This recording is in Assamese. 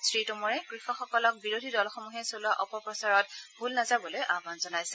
শ্ৰীটোমৰে কৃষকসকলক বিৰোধী দলসমূহে চলোৱা অপপ্ৰচাৰত ভূল নাযাবলৈ আহান জনাইছে